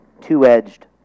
two-edged